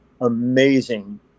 amazing